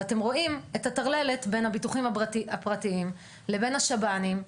ואתם רואים את הטרללת בין הביטוחים הפרטיים לבין השב"נים.